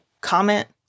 comment